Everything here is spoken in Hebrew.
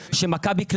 שמכבי,